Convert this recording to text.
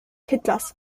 hitlers